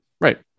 Right